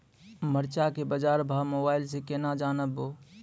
मरचा के बाजार भाव मोबाइल से कैनाज जान ब?